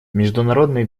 международный